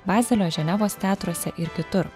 bazelio ženevos teatruose ir kitur